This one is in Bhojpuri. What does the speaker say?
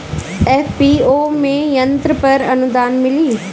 एफ.पी.ओ में यंत्र पर आनुदान मिँली?